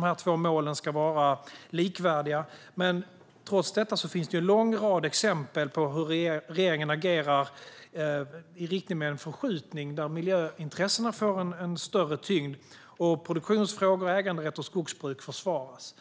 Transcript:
de två målen ska vara likvärdiga. Men trots detta finns det en lång rad exempel på hur regeringen agerar i riktning mot en förskjutning där miljöintressena får en större tyngd och produktionsfrågor, äganderätt och skogsbruk försvagas.